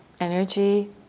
energy